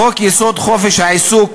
בחוק-יסוד: חופש העיסוק